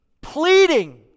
pleading